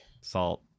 salt